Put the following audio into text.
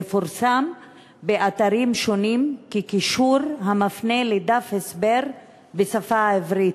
מפורסם באתרים שונים כקישור המפנה לדף הסבר בשפה העברית.